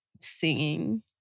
Singing